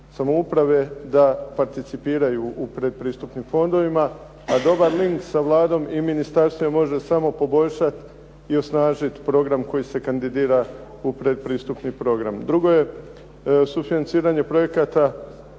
samouprave da participiraju u predpristupnim fondovima a dobar link sa Vladom i ministarstvima može samo poboljšat i osnažit program koji se kandidira u predpristupni program. Drugo je sufinanciranje projekata